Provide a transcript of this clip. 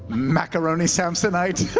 macaroni samsonite.